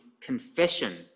confession